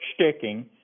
sticking